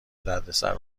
دردسر